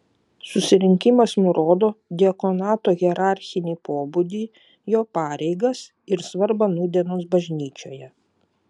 susirinkimas nurodo diakonato hierarchinį pobūdį jo pareigas ir svarbą nūdienos bažnyčioje